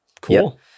Cool